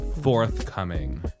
forthcoming